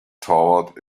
toward